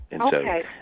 Okay